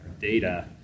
data